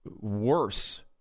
worse